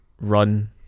run